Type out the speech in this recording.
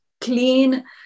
clean